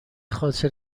خاطر